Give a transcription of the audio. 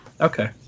Okay